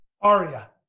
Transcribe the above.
ARIA